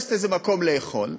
מחפשת איזה מקום לאכול.